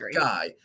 guy